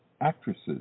actresses